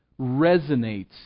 resonates